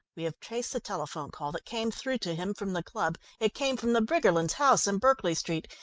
we have traced the telephone call that came through to him from the club it came from the briggerlands' house in berkeley street,